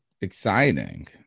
exciting